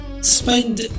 spend